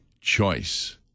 choice